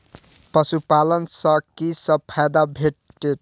पशु पालन सँ कि सब फायदा भेटत?